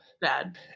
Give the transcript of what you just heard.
Bad